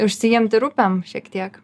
užsiimti ir upėm šiek tiek